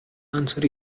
answer